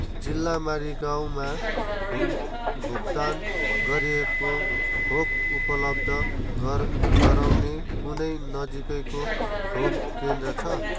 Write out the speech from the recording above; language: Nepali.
जिल्ला मारिगाउँमा भुक भुक्तान गरिएको खोप उपलब्ध गर गराउने कुनै नजिकैको खोप केन्द्र छ